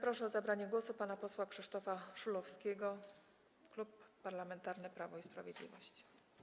Proszę o zabranie głosu pana posła Krzysztofa Szulowskiego, Klub Parlamentarny Prawo i Sprawiedliwość.